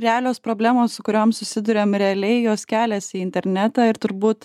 realios problemos su kuriom susiduriam realiai jos keliasi į internetą ir turbūt